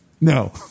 No